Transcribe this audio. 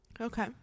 okay